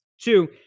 Two